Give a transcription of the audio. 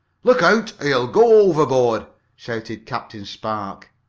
look out, or you'll go overboard! shouted captain spark.